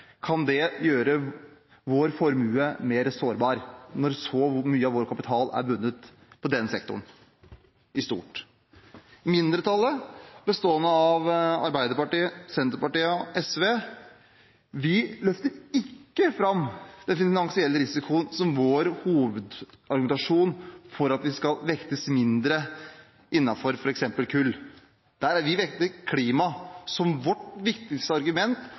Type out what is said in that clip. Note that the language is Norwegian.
Kan det gjøre vår formue mer sårbar, når så mye av vår kapital er bundet på denne sektoren i stort? Mindretallet, bestående av Arbeiderpartiet, Senterpartiet og SV, løfter ikke fram den finansielle risikoen som vår hovedargumentasjon for at vi skal vektes mindre innenfor f.eks. kull. Der har vi vektet klima som vårt viktigste argument